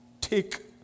take